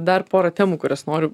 dar pora temų kurias noriu